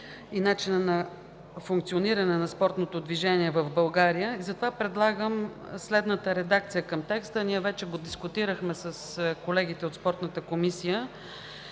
и начина на функциониране на спортното движение в България, затова предлагам следната редакция към текста, ние вече го дискутирахме с колегите от Спортната комисия,